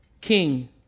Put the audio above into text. king